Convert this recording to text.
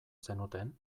zenuten